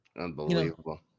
Unbelievable